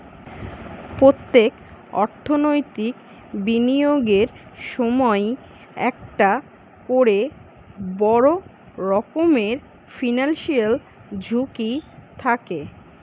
পোত্তেক অর্থনৈতিক বিনিয়োগের সময়ই একটা কোরে বড় রকমের ফিনান্সিয়াল ঝুঁকি থাকে